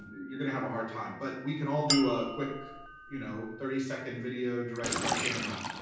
you're gonna have a hard time, but we can all do a quick you know thirty second video direct to our camera.